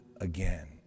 again